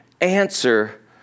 answer